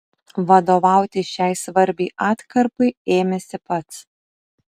vadovauti šiai svarbiai atkarpai ėmėsi pats